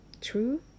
true